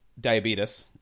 Diabetes